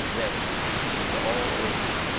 that it is all over.